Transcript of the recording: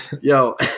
Yo